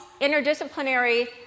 interdisciplinary